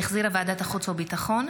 שהחזירה ועדת החוץ והביטחון,